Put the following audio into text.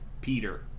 Peter